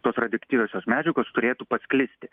tos radioaktyviosios medžiagos turėtų pasklisti